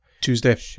Tuesday